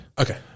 Okay